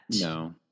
No